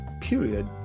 period